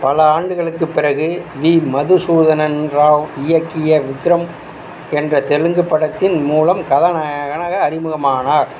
பல ஆண்டுகளுக்குப் பிறகு வி மதுசூதனன் ராவ் இயக்கிய விக்ரம் என்ற தெலுங்குத் படத்தின் மூலம் கதாநாயகனாக அறிமுகமானார்